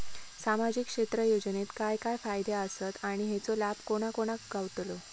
सामजिक क्षेत्र योजनेत काय काय फायदे आसत आणि हेचो लाभ कोणा कोणाक गावतलो?